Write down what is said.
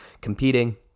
competing